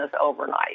overnight